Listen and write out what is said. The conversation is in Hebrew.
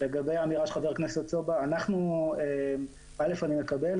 לגבי האמירה של חבר הכנסת סובה ראשית, אני מקבל.